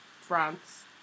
france